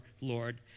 Lord